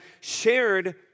shared